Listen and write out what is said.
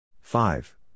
Five